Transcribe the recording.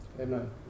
Amen